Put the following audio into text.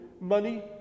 money